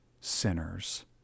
sinners